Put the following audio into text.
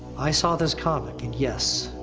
i saw this comic and, yes,